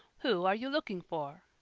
who are you looking for?